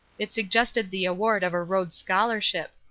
it suggested the award of a rhodes scholarship.